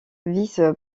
vice